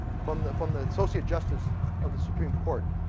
from the from the associate justice of the supreme court.